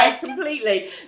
completely